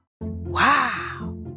Wow